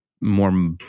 more